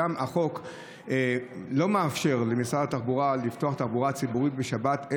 גם החוק לא מאפשר למשרד התחבורה לפתוח תחבורה ציבורית בשבת,